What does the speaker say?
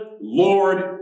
Lord